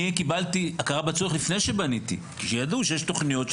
אני קיבלתי הכרה בצורך לפני שבניתי כי ידעו שיש תוכניות.